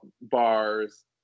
bars